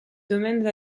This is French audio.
domaines